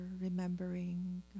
remembering